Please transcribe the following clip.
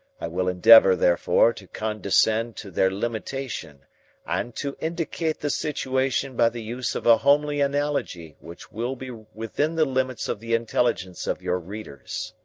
i will endeavour, therefore, to condescend to their limitation and to indicate the situation by the use of a homely analogy which will be within the limits of the intelligence of your readers.